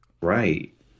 right